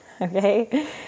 okay